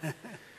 אני כבר ותיק.